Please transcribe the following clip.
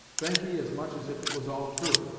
thankee as much as if it was all true.